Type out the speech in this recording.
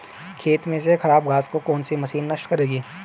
खेत में से खराब घास को कौन सी मशीन नष्ट करेगी?